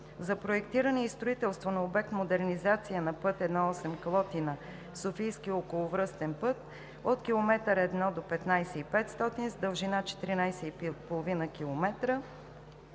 За проектиране и строителство на обект „Модернизация“ на път 1-8 Калотина – Софийски околовръстен път от км 1 до 15+500 с дължина 14,5 км,